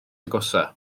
agosaf